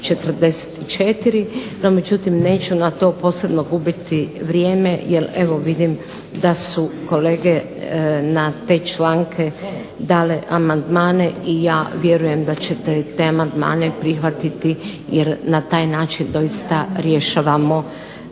međutim neću na to posebno gubiti vrijeme jer evo vidim da su kolege na te članke dale amandmane i ja vjerujem da ćete te amandmane prihvatiti jer na taj način doista rješavamo